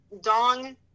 Dong